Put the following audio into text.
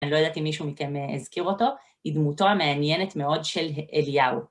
אני לא יודעת אם מישהו מכם הזכיר אותו, היא דמותו המעניינת מאוד של אליהו.